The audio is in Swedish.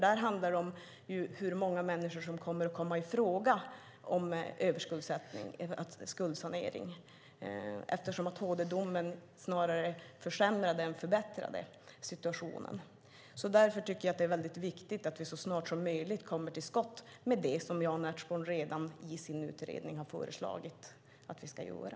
Det handlar om hur många människor som kan komma i fråga för skuldsanering. HD-domen snarare försämrade än förbättrade situationen. Därför tycker jag att det är viktigt att vi så snart som möjligt kommer till skott med det som Jan Ertsborn har föreslagit i sin utredning att vi ska göra.